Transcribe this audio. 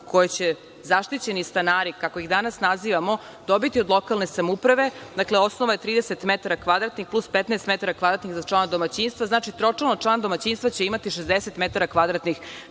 koje će zaštićeni stanari, kako ih danas nazivamo, dobiti od lokalne samouprave – osnova je 30 metara kvadratnih plus 15 metara kvadratnih za člana domaćinstva, znači, tročlano domaćinstvo će imati 60 metara kvadratnih